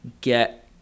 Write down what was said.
get